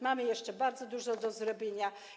Mamy jeszcze bardzo dużo do zrobienia.